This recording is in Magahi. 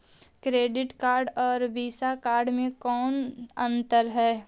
क्रेडिट कार्ड और वीसा कार्ड मे कौन अन्तर है?